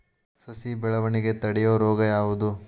ಸಸಿ ಬೆಳವಣಿಗೆ ತಡೆಯೋ ರೋಗ ಯಾವುದು?